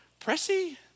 Pressy